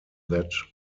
that